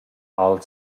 ha’l